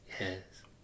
Yes